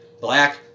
black